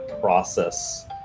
process